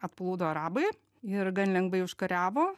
atplūdo arabai ir gan lengvai užkariavo